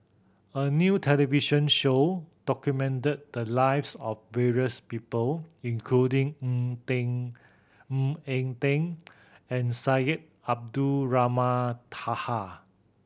a new television show documented the lives of various people including Ng Teng Ng Eng Teng and Syed Abdulrahman Taha